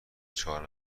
چهار